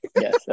yes